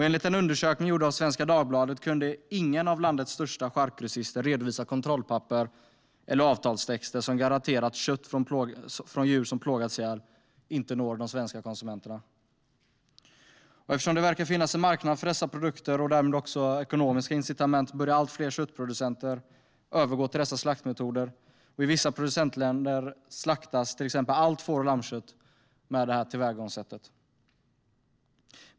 Enligt en undersökning gjord av Svenska Dagbladet kunde ingen av landets största charkgrossister redovisa kontrollpapper eller avtalstexter som garanterar att kött från djur som plågats ihjäl inte når de svenska konsumenterna. Eftersom det verkar finnas en marknad för dessa produkter och därmed också ekonomiska incitament börjar allt fler köttproducenter övergå till dessa slaktmetoder. I vissa producentländer slaktas till exempel allt får och lammkött med det här tillvägagångssättet.